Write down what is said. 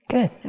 Good